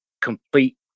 complete